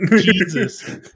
Jesus